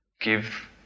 give